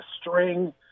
string